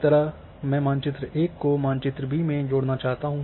इसी तरह मैं मानचित्र 1 को मानचित्र बी में जोड़ना चाहता हूं